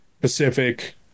pacific